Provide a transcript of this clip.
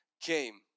came